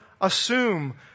assume